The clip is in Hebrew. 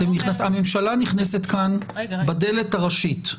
הממשלה נכנסת כאן בדלת הראשית.